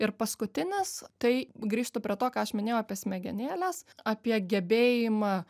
ir paskutinis tai grįžtu prie to ką aš minėjau apie smegenėles apie gebėjimą